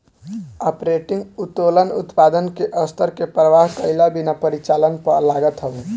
operating उत्तोलन उत्पादन के स्तर के परवाह कईला बिना परिचालन पअ लागत हवे